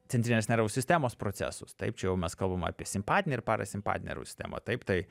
centrinės nervų sistemos procesus taip čia jau mes kalbam apie simpatinę ir parasimpatinę nervų sistemą taip tai